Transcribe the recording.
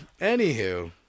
anywho